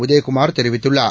உதயகுமார் தெரிவித்துள்ளார்